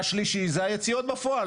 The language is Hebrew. והשלישי זה היציאות בפועל.